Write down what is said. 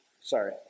Sorry